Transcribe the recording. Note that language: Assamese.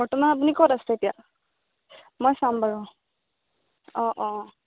বৰ্তমান আপুনি ক'ত আছে এতিয়া মই চাম বাৰু অঁ অঁ